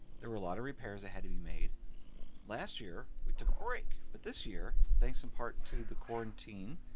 there were a lot of repairs ahead of you made last year we took a break, but this year, thanks in part to the quarantine,